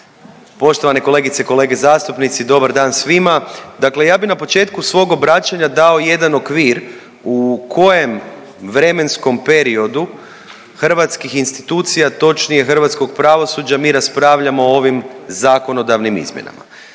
poštovane kolegice i kolege zastupnici dobar dan svima. Dakle ja bi na početku svog obraćanja dao jedan okvir u kojem vremenskom periodu hrvatskih institucija, točnije hrvatskog pravosuđa mi raspravljamo o ovim zakonodavnim izmjenama.